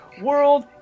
world